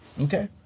Okay